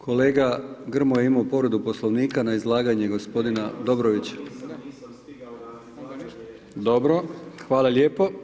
Kolega Grmoja je imao povredu Poslovnika na izdavanje gospodina Dobrovića. ... [[Upadica se ne čuje.]] Dobro, hvala lijepo.